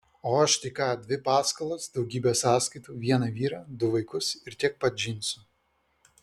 o aš tai ką dvi paskolas daugybę sąskaitų vieną vyrą du vaikus ir tiek pat džinsų